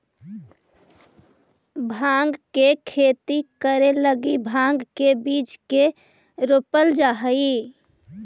भाँग के खेती करे लगी भाँग के बीज के रोपल जा हई